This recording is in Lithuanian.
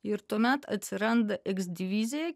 ir tuomet atsiranda eksdivizija